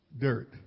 dirt